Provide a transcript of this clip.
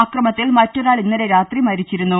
അക്രമത്തിൽ മറ്റൊരാൾ ഇന്നലെ രാത്രി മരിച്ചിരുന്നു